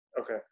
okay